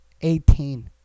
Eighteen